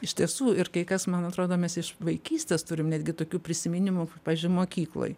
iš tiesų ir kai kas man atrodo mes iš vaikystės turim netgi tokių prisiminimų pažiui mokykloj